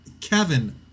Kevin